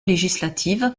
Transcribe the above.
législative